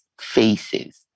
faces